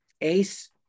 ace